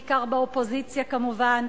בעיקר באופוזיציה כמובן,